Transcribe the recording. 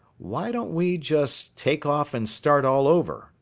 why don't we just take off and start all over,